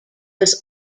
was